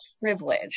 privilege